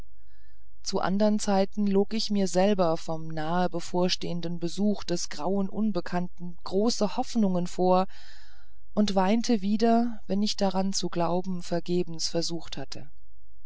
zu andern zeiten log ich mir selber vom nahe bevorstehenden besuch des grauen unbekannten große hoffnungen vor und weinte wieder wenn ich daran zu glauben vergebens versucht hatte